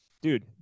dude